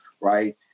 right